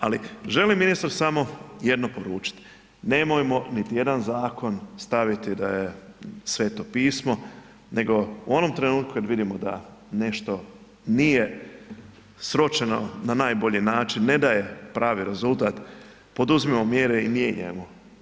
Ali želim ministru samo jedno poručiti nemojmo niti jedan zakon staviti da je Sveto pismo nego u onom trenutku kad vidimo da nešto nije sročeno na najbolji način, ne daje pravi rezultat poduzmimo mjere i mijenjajmo.